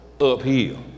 uphill